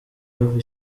bava